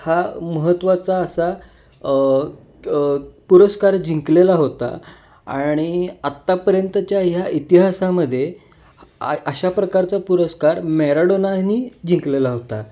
हा महत्त्वाचा असा पुरस्कार जिंकलेला होता आणि आत्तापर्यंतच्या ह्या इतिहासामध्ये आ अशा प्रकारचा पुरस्कार मॅराडोनानी जिंकलेला होता